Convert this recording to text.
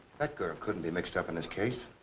that girl couldn't be mixed up in this case.